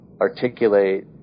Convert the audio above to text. articulate